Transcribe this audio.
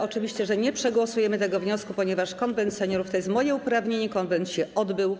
Oczywiście, że nie przegłosujemy tego wniosku, ponieważ zwołanie Konwentu Seniorów to jest moje uprawnienie, konwent się odbył.